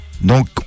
Donc